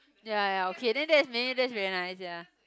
ya ya okay then that is maybe that is very nice ya